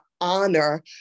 honor